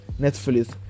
netflix